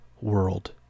world